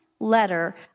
letter